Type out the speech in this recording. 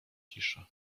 cisza